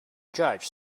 judge